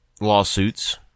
lawsuits